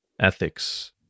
ethics